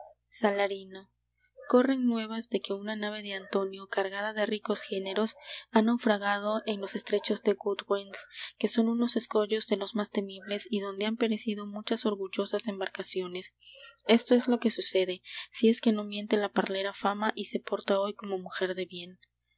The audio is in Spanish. salarino corren nuevas de que una nave de antonio cargada de ricos géneros ha naufragado en los estrechos de goodwins que son unos escollos de los más temibles y donde han perecido muchas orgullosas embarcaciones esto es lo que sucede si es que no miente la parlera fama y se porta hoy como mujer de bien